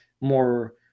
more